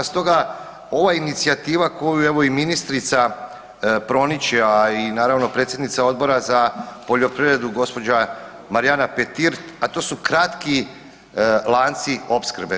Stoga ova inicijativa koju evo i ministrica promiče, a i naravno predsjednica Odbora za poljoprivrednu gospođa Marijana Petir, a to su kratki lanci opskrbe.